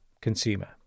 consumer